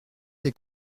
des